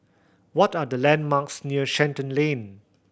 what are the landmarks near Shenton Lane